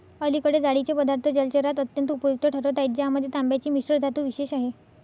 अलीकडे जाळीचे पदार्थ जलचरात अत्यंत उपयुक्त ठरत आहेत ज्यामध्ये तांब्याची मिश्रधातू विशेष आहे